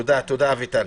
תודה, אביטל.